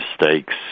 mistakes